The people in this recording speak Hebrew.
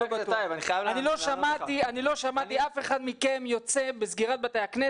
אני לא שמעתי אף אחד מכם יוצא בסגירת בתי הכנסת,